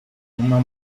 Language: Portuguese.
uma